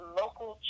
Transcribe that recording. local